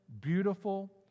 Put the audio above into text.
beautiful